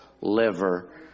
liver